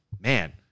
man